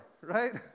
right